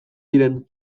diren